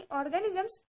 organisms